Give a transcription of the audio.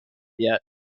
yet